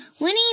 Winnie